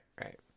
right